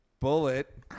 bullet